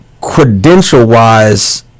credential-wise